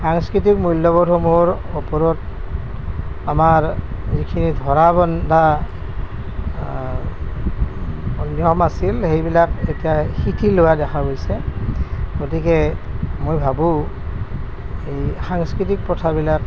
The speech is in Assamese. সাংস্কৃতিক মূল্য়বোধসমূহৰ ওপৰত আমাৰ যিখিনি ধৰা বন্ধা নিয়ম আছিল সেইবিলাক এতিয়া শিথিল হোৱা দেখা গৈছে গতিকে মই ভাবোঁ এই সাংস্কৃতিক প্ৰথাবিলাক